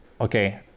okay